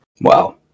Wow